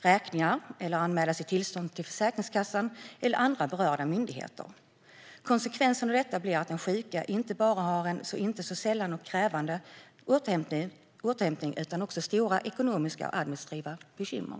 räkningar eller anmäla sitt tillstånd till Försäkringskassan eller andra berörda myndigheter. Konsekvensen blir att den sjuke inte bara har en ofta lång och krävande återhämtning, utan också stora ekonomiska och administrativa bekymmer.